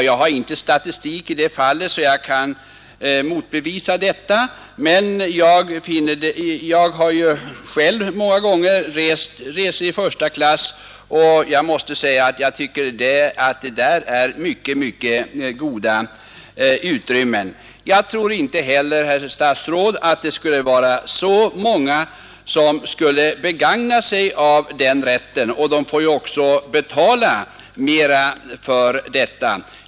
Jag har ingen statistik i detta avseende, så att jag kan motbevisa detta påstående, men jag har själv många gånger åkt i första klass, och jag måste säga att där finns mycket goda utrymmen. Jag tror inte, herr statsråd, att så många pensionärer skulle begagna sig av rätten att åka första klass. De får ju också betala mera för en sådan resa.